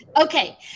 Okay